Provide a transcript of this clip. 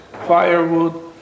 firewood